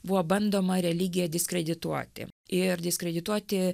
buvo bandoma religija diskredituoti ir diskredituoti